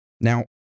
Now